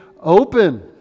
open